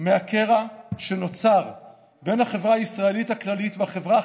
מהקרע שנוצר בין החברה הישראלית הכללית לחברה החרדית,